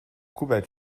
kuwait